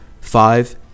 Five